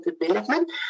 Development